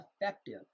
effective